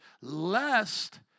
lest